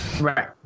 Right